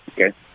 Okay